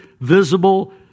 visible